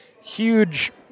huge